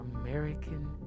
American